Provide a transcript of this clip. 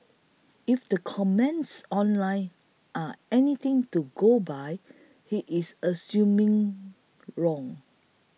if the comments online are anything to go by he is assuming wrong